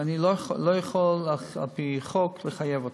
ואני לא יכול על-פי חוק לחייב אותם.